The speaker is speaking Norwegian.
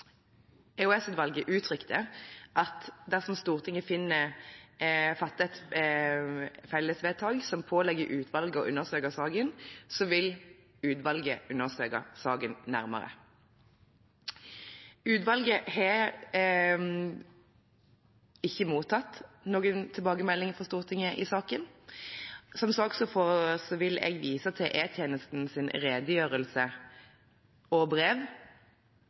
at dersom Stortinget fatter et vedtak som pålegger utvalget å undersøke saken, vil utvalget undersøke saken nærmere. Utvalget har ikke mottatt noen tilbakemelding fra Stortinget i saken. Som saksordfører vil jeg vise til E-tjenestens redegjørelse og brev